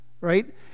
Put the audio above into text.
Right